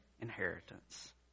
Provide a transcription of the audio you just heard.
inheritance